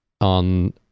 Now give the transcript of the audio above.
on